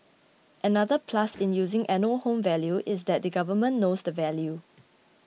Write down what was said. another plus in using annual home value is that the Government knows the value